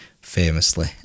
famously